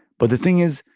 but the thing is,